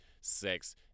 sex